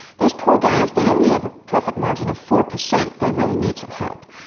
those poor guys they only have a profit margin of four per cent, they really need some help.